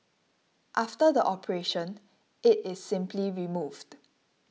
after the operation it is simply removed